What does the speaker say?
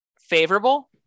favorable